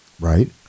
Right